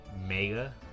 Mega